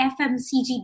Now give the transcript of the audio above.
FMCG